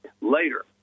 Later